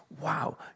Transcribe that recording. Wow